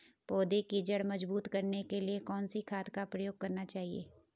पौधें की जड़ मजबूत करने के लिए कौन सी खाद का प्रयोग करना चाहिए?